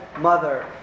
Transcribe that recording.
mother